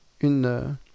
une